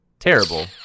terrible